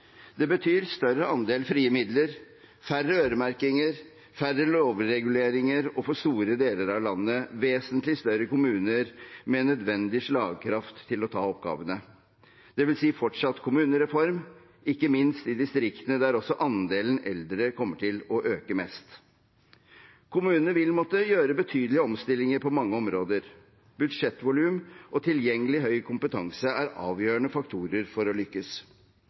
Det betyr større andel frie midler, færre øremerkinger, færre lovreguleringer og for store deler av landet vesentlig større kommuner med nødvendig slagkraft til å ta oppgavene – dvs. fortsatt kommunereform, ikke minst i distriktene, der også andelen eldre kommer til å øke mest. Kommunene vil måtte gjøre betydelige omstillinger på mange områder. Budsjettvolum og tilgjengelig høy kompetanse er avgjørende faktorer for å lykkes.